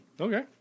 Okay